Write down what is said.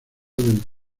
del